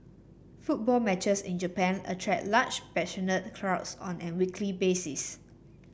football matches in Japan attract large passionate crowds on a weekly basis